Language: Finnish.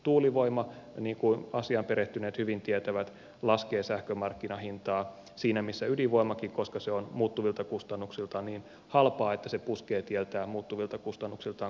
tuulivoima niin kuin asiaan perehtyneet hyvin tietävät laskee sähkön markkinahintaa siinä missä ydinvoimakin koska se on muuttuvilta kustannuksiltaan niin halpaa että se puskee tieltään muuttuvilta kustannuksiltaan kalliimpaa sähköntuotantoa